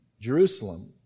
Jerusalem